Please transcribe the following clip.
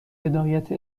هدایت